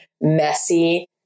messy